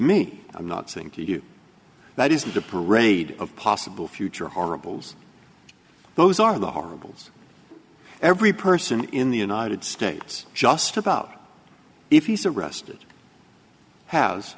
me i'm not saying to you that isn't a parade of possible future horribles those are the horribles every person in the united states just about if he's arrested has